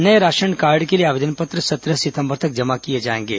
नये ration card के लिए आवेदन पत्र सत्रह सितम्बर तक जमा किए जाएंगे